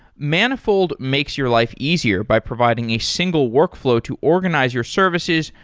manifold makes your life easier by providing a single workflow to organize your services,